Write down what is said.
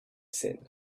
said